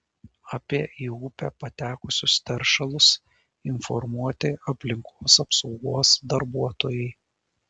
apie į upę patekusius teršalus informuoti aplinkos apsaugos darbuotojai